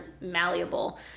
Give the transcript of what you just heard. malleable